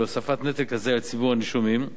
של הוספת נטל כזה על ציבור הנישומים,